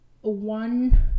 one